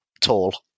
tall